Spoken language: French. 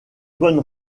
bonne